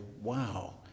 Wow